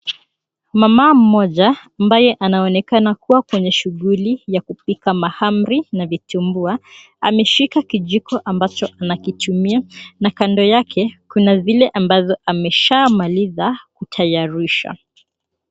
Mama mmoja ambaye anaonekana kuwa kwenye shughuli ya kupika mahamri na vitumbua ameshika kijiko ambacho anakitumia na kando yake kuna vile ambazo ameshamaliza kutayarisha.